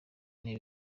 n’ibi